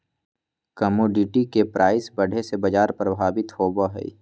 commodity के price बढ़े से बाजार प्रभावित होबा हई